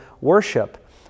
worship